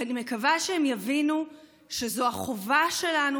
ואני מקווה שהם יבינו שזו החובה שלנו